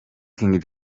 king